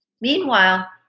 meanwhile